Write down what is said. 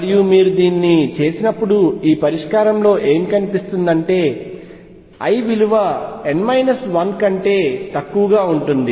మరియు మీరు దీన్ని చేసినప్పుడు ఈ పరిష్కారంలో ఏమి కనిపిస్తుంది అంటే l విలువ n 1 కంటే తక్కువగా ఉంటుంది